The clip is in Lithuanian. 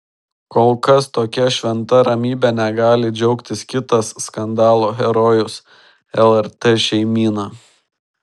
kol kas tokia šventa ramybe negali džiaugtis kitas skandalo herojus lrt šeimyna